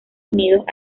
unidos